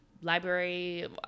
library